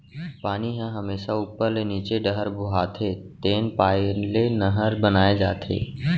पानी ह हमेसा उप्पर ले नीचे डहर बोहाथे तेन पाय ले नहर बनाए जाथे